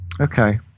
Okay